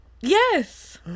Yes